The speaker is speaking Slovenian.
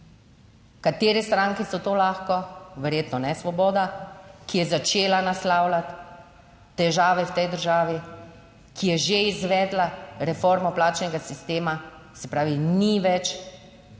Katere stranke so to lahko, verjetno ne Svoboda, ki je začela naslavljati težave v tej državi, ki je že izvedla reformo plačnega sistema, se pravi, ni več nesramno